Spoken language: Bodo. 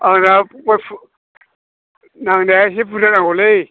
आंना नांनाया इसे बुरजा नांगौलै